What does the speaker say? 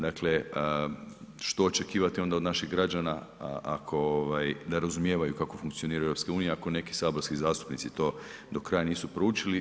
Dakle, što očekivati onda od naših građana ako ovaj ne razumijevaju kako funkcionira EU ako neki saborski zastupnici to do kraja nisu proučili.